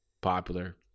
popular